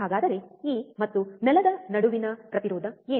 ಹಾಗಾದರೆ ಈ ಮತ್ತು ನೆಲದ ನಡುವಿನ ಪ್ರತಿರೋಧ ಏನು